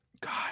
god